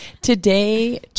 Today